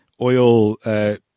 oil